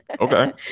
Okay